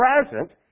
present